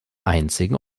einzigen